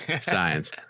science